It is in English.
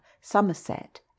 Somerset